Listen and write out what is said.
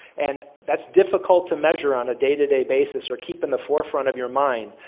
and that's difficult to measure on a day-to-day basis or keeping the forefront of your mind,